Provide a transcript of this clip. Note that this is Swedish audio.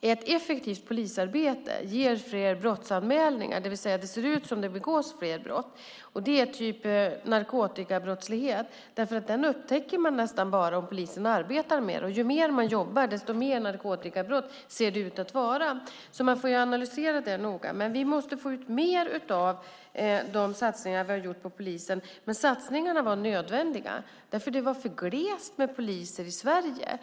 ett effektivt polisarbete fler brottsanmälningar, det vill säga det ser ut som om det begås fler brott. Det här gäller till exempel narkotikabrottslighet. Den upptäcker man bara när polisen arbetar med den. Ju mer man jobbar desto fler narkotikabrott ser det ut att vara. Vi får vara noga i analysen. Vi måste få ut mer av de satsningar som har gjorts på polisen, men satsningarna var nödvändiga. Det var för glest med poliser i Sverige.